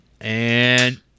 And-